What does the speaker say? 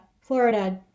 Florida